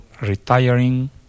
retiring